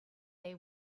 they